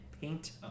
paint